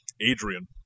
Adrian